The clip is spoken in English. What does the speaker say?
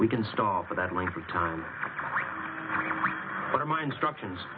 we can start for that length of time but my instructions